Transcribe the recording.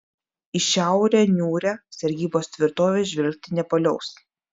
į šiaurę niūrią sargybos tvirtovė žvelgti nepaliaus